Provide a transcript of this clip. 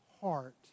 heart